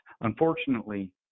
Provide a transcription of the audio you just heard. Unfortunately